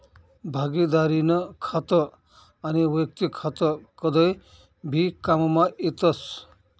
भागिदारीनं खातं आनी वैयक्तिक खातं कदय भी काममा येतस